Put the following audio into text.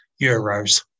euros